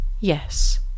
Yes